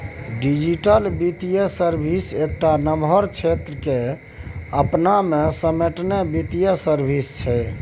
digital बित्तीय service एकटा नमहर क्षेत्र केँ अपना मे समेटने बित्तीय सर्विस छै